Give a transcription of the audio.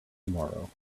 tomorrow